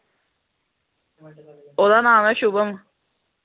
ओह्दा नाम ऐ शुभम